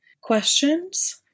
questions